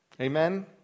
Amen